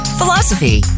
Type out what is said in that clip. philosophy